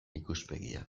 ikuspegia